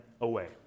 away